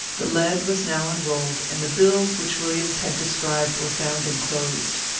the lead was now unrolled, and the bills which williams had described were found enclosed.